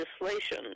legislation